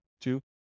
Two